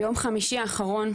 ביום חמישי האחרון,